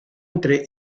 entre